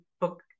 book